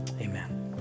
Amen